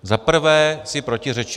Za prvé si protiřečila.